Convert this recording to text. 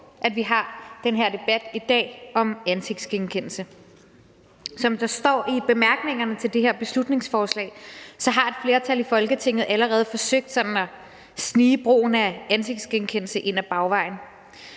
at vi har den her debat i dag om ansigtsgenkendelse. Som der står i bemærkningerne til det her beslutningsforslag, har et flertal i Folketinget allerede forsøgt sig med at snige brugen af ansigtsgenkendelse ind ad bagvejen.